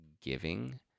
giving